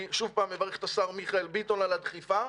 אני שוב פעם מברך את השר מיכאל ביטון על הדחיפה.